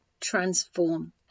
transform